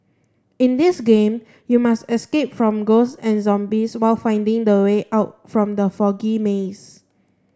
in this game you must escape from ghosts and zombies while finding the way out from the foggy maze